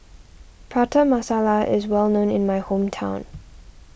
Prata Masala is well known in my hometown